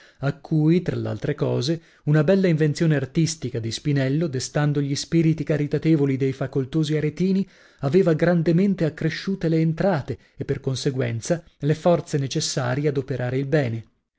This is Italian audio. a cui tra l'altre cose una bella invenzione artistica di spinello destando gli spiriti caritatevoli dei facoltosi aretini aveva grandemente accresciute le entrate e per conseguenza le forze necessaria ad operare il bene